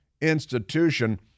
institution